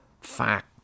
fact